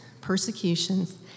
persecutions